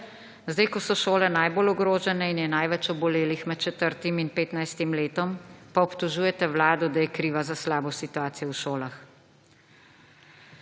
Sedaj, ko so šole najbolj ogrožene in je največ obolelih med 4. in 15. letom, pa obtožujete vlado, da je kriva za slabo situacijo v šolah.